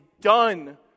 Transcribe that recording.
done